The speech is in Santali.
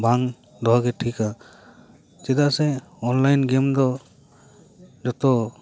ᱵᱟᱝ ᱫᱚᱦᱚ ᱜᱮ ᱴᱷᱤᱠᱟ ᱪᱮᱫᱟᱜ ᱥᱮ ᱚᱱᱞᱟᱭᱤᱱ ᱜᱮᱹᱢ ᱫᱚ ᱡᱚᱛᱚ